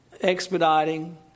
expediting